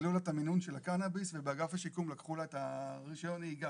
העלו לה את המינון של הקנאביס ובאגף השיקום לקחו לה את רישיון הנהיגה.